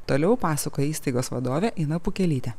toliau pasakoja įstaigos vadovė ina pukelytė